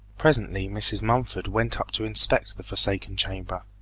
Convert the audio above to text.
presently mrs. mumford went up to inspect the forsaken chamber.